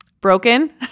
broken